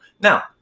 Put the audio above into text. Now